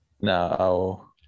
No